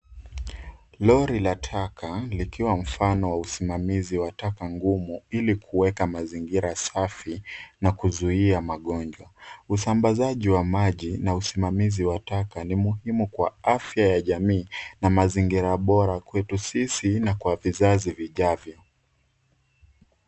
Lori la taka likiwa mfano wa usimamizi wa taka ngumu ili kuweka mazingira safi na kuzuia magonjwa, usambazaji wa maji na usimamizi wa taka ni muhimu kwa afya ya jamii na mazingira bora kwetu sisi na kwa vizazi vijavyo.